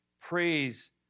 praise